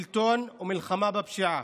שלטון ומלחמה בפשיעה,